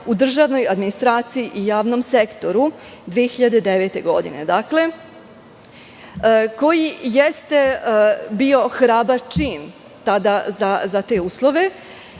u državnoj administraciji i javnom sektoru, te 2009. godine, koji jeste bio hrabar čin tada za te uslove.